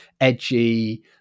edgy